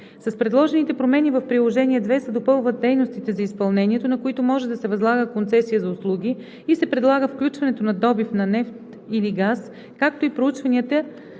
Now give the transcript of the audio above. С предложените промени в Приложение № 2 се допълват дейностите, за изпълнението на които може да се възлага концесия за услуги и се предлага включването на добив на нефт или газ, както и проучванията